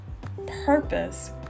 purpose